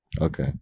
Okay